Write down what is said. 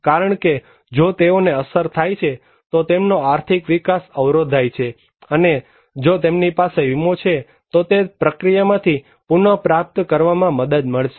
કારણ કે જો તેઓને અસર થાય છે તો તેમનો આર્થિક વિકાસ અવરોધાય છે અને જો તેમની પાસે વીમો છે તો તે પ્રક્રિયામાંથી પુનર્પ્રાપ્ત કરવામાં મદદ મળશે